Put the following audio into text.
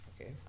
Okay